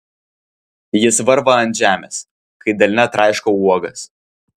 jis varva ant žemės kai delne traiškau uogas